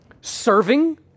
serving